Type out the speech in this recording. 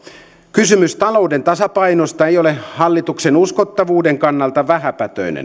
kysymys talouden tasapainosta ei ole hallituksen uskottavuuden kannalta vähäpätöinen